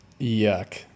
Yuck